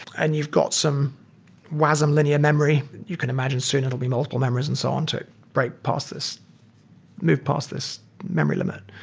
and you've got some wasm linear memory. you can imagine soon it will be multiple memories and so on to break passed, move past this memory limit.